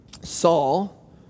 Saul